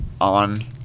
on